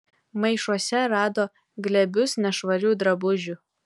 maišuose rado glėbius nešvarių drabužių